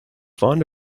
fond